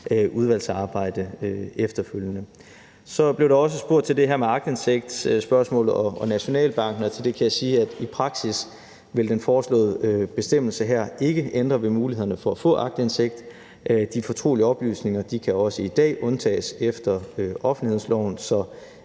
udvalgsarbejde efterfølgende. Så blev der også spurgt om det her med aktindsigt og Nationalbanken. Til det kan jeg sige, at den foreslåede bestemmelse her i praksis ikke vil ændre på mulighederne for at få aktindsigt. De fortrolige oplysninger kan også i dag undtages efter offentlighedsloven, så